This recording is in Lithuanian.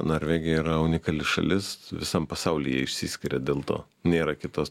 norvegija yra unikali šalis visam pasauly jie išsiskiria dėl to nėra kitos